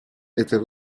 étaient